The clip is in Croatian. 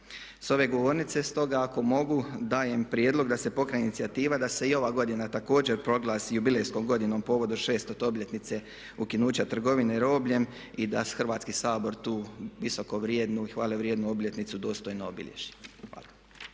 S ove govornice stoga ako mogu dajem prijedlog da se pokrene inicijativa da se i ova godina također proglasi jubilejskom godinom povodom 600.-te obljetnice ukinuća trgovine robljem i da Hrvatski sabor tu visoko vrijednu i hvale vrijednu obljetnicu dostojno obilježi. Hvala.